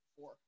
Four